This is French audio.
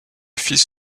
fils